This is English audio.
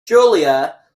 julia